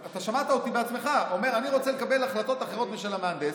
אתה עצמך שמעת אותי אומר: אני רוצה לקבל החלטות אחרות משל המהנדס.